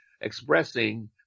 expressing